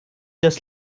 das